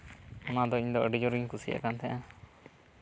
ᱚᱱᱟ ᱫᱚ ᱤᱧ ᱫᱚ ᱟᱹᱰᱤ ᱡᱳᱨᱤᱧ ᱠᱩᱥᱤᱭᱟᱜ ᱠᱟᱱ ᱛᱟᱦᱮᱱᱟ